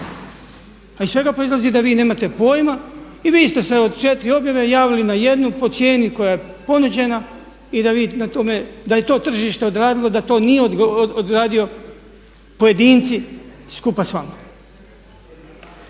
Pa iz svega proizlazi da vi nemate pojma i vi ste se od 4 objave javili na jednu po cijeni koja je ponuđena i da vi na tome, da je to tržište odradilo, da to nisu odradili pojedinci skupa s vama.